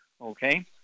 okay